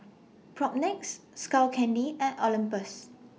Propnex Skull Candy and Olympus